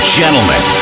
gentlemen